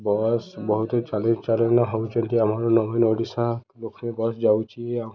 bus ବହୁତ ଚାଲି ଚାଳନ ହେଉଛନ୍ତି ଆମର ନବୀନ ଓଡ଼ିଶା ଲକ୍ଷ୍ମୀ ବସ୍ ଯାଉଛି ଆଉ